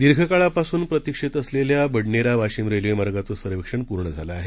दीर्घकाळापासून प्रतिक्षेत असलेल्या बडनेरा वाशिम रेल्वे मार्गाचे सर्वेक्षण प्र्ण झाल आहे